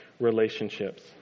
relationships